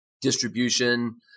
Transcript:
distribution